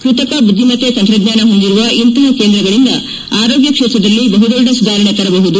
ಕೃತಕ ಬುದ್ಲಿಮತ್ತ ತಂತ್ರಜ್ಞಾನ ಹೊಂದಿರುವ ಇಂತಹ ಕೇಂದ್ರಗಳಂದ ಆರೋಗ್ಯ ಕ್ಷೇತ್ರದಲ್ಲಿ ಬಹುದೊಡ್ಡ ಸುಧಾರಣೆ ತರಬಹುದು